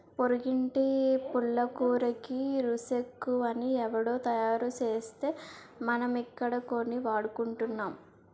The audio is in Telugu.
పొరిగింటి పుల్లకూరకి రుసెక్కువని ఎవుడో తయారుసేస్తే మనమిక్కడ కొని వాడుకుంటున్నాం